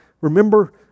Remember